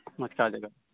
ᱢᱚᱪᱠᱟᱣ